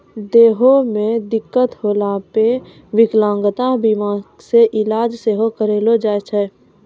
देहो मे दिक्कत होला पे विकलांगता बीमा से इलाज सेहो करैलो जाय छै